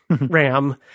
RAM